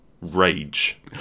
rage